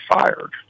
fired